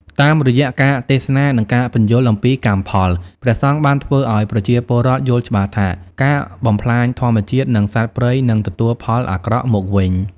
តាមរយៈការទេសនា និងការពន្យល់អំពីកម្មផល ព្រះសង្ឃបានធ្វើឱ្យប្រជាពលរដ្ឋយល់ច្បាស់ថា ការបំផ្លាញធម្មជាតិ និងសត្វព្រៃនឹងទទួលផលអាក្រក់មកវិញ។